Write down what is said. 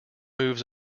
moves